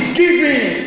giving